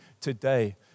today